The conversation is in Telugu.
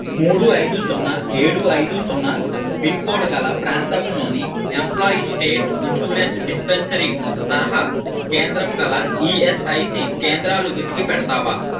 మూడు ఐదు సున్నా ఏడు ఐదు సున్నా పిన్కోడ్గల ప్రాంతంలోని ఎంప్లాయిస్ స్టేట్ ఇన్షూరెన్స్ డిస్పెన్సరీ తరహా కేంద్రంగల ఈఎస్ఐసీ కేంద్రాలు వెతికి పెడతావా